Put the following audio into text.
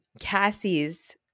Cassie's